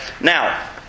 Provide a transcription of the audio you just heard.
Now